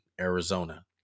Arizona